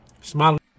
smiling